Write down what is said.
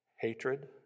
Hatred